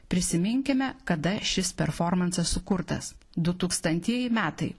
prisiminkime kada šis performansas sukurtas dutūkstantieji metai